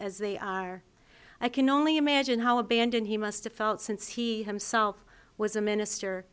as they are i can only imagine how abandoned he must have felt since he himself was a minister